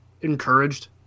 encouraged